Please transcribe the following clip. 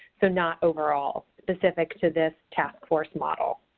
so not overall specific to this task force model.